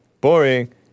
Boring